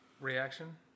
Reaction